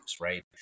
right